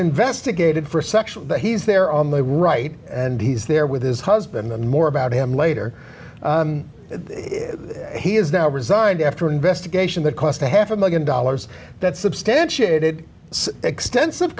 investigated for sexual but he's there on the right and he's there with his husband and more about him later he is now resigned after invest geishas that cost a half a one million dollars that substantiated extensive